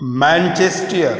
Manchester